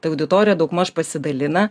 tai auditorija daugmaž pasidalina